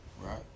right